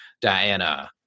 Diana